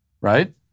right